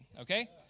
okay